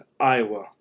Iowa